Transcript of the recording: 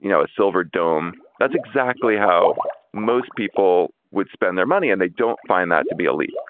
know, a silverdome. that's exactly how most people would spend their money. and they don't find that to be elite